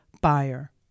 buyer